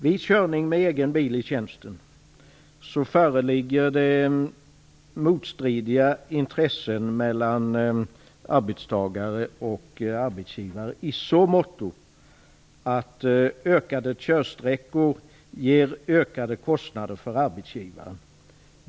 Vid körning med egen bil i tjänsten föreligger motstridiga intressen mellan arbetstagare och arbetsgivare i så måtto att ökade körsträckor ger ökade kostnader för arbetsgivaren.